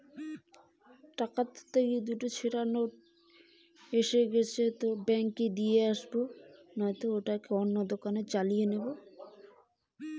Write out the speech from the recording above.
টাকা তুলতে গিয়ে দুটো ছেড়া নোট এসেছে কি করবো?